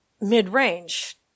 mid-range